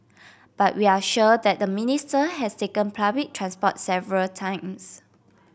but we are sure that the Minister has taken public transport several times